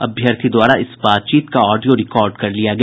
अभ्यर्थी द्वारा इस बातचीत का ऑडियो रिकार्ड कर लिया गया